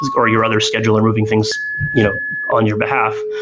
like or your other schedule are moving things you know on your behalf,